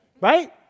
Right